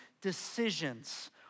decisions